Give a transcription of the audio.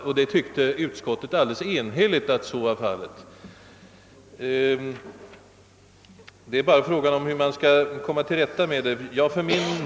Ett enhälligt utskott ansåg också att så var fallet. Det är bara fråga om hur man skall komma till rätta med denna utveckling.